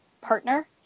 partner